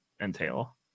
entail